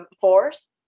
force